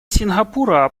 сингапура